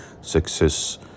success